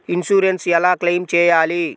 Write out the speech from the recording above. Insurance ఎలా claim చేయాలి?